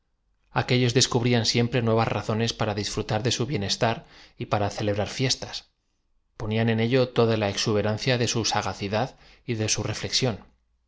aqué líos descubrían siempre nuevas razones para disfrutar d su bienestar y para celebrar ñestas ponían en ello toda la exuberancia de su sagacidad y de su reflexión